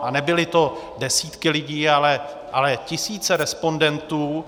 A nebyly to desítky lidí, ale tisíce respondentů.